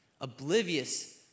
Oblivious